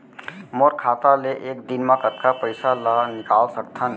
मोर खाता ले एक दिन म कतका पइसा ल निकल सकथन?